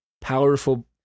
powerful